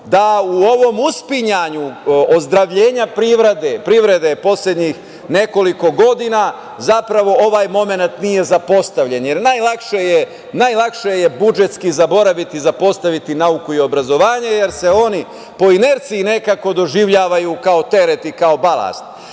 da u ovom uspinjanju ozdravljenja privrede poslednjih nekoliko godina zapravo ovaj momenat nije zapostavljen, jer najlakše je budžetski zaboraviti, zapostaviti nauku i obrazovanje, jer se oni po inerciji nekako doživljavaju kao teret i kao balast.